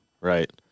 right